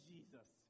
Jesus